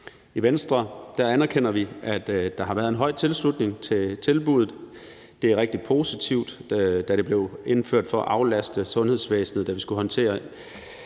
I Venstre anerkender vi, at der har været en høj tilslutning til tilbuddet, og det er rigtig positivt. Det blev indført for at aflaste sundhedsvæsenet, da vi skulle håndtere